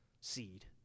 seed